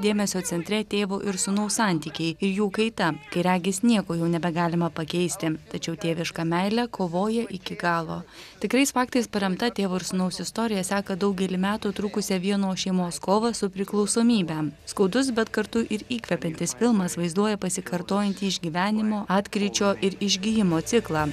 dėmesio centre tėvo ir sūnaus santykiai ir jų kaita kai regis nieko jau nebegalima pakeisti tačiau tėviška meilė kovoja iki galo tikrais faktais paremta tėvo ir sūnaus istorija seka daugelį metų trukusią vienos šeimos kovą su priklausomybe skaudus bet kartu ir įkvepiantis filmas vaizduoja pasikartojantį išgyvenimo atkryčio ir išgijimo ciklą